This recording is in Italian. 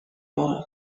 ora